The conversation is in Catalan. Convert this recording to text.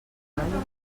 guatlles